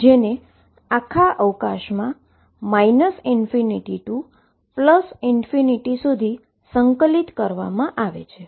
જેને આખા અવકાશમાં ∞ થી ∞ સુધી ઈન્ટીગ્રેશન કરવામાં આવે છે